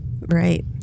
Right